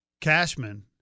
Cashman